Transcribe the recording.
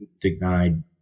denied